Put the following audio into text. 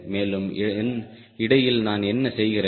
மேலும் இடையில் நான் என்ன செய்கிறேன்